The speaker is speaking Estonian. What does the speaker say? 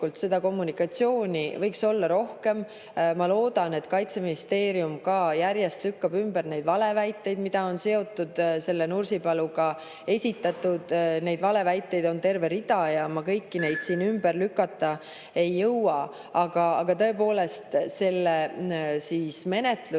ja ma kõiki neid siin ümber lükata ei jõua. Aga tõepoolest, see menetlus